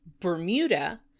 Bermuda